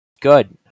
good